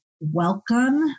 welcome